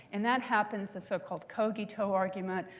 and that happens, the so-called cogito argument.